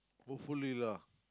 hopefully lah